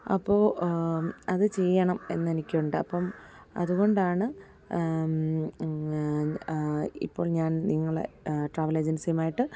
അപ്പോൾ അത് ചെയ്യണം എന്ന് എനിക് ഉണ്ട് അതുകൊണ്ടാണ് ഇപ്പോൾ ഞാൻ നിങ്ങളുടെ ട്രാവൽ ഏജൻസിയുമായിട്ട്